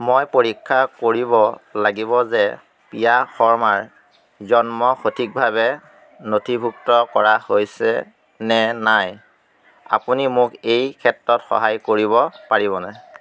মই পৰীক্ষা কৰিব লাগিব যে পিয়া শৰ্মাৰ জন্ম সঠিকভাৱে নথিভুক্ত কৰা হৈছে নে নাই আপুনি মোক এই ক্ষেত্ৰত সহায় কৰিব পাৰিবনে